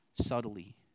subtly